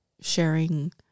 sharing